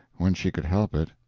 when she could help it.